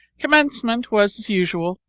commencement was as usual,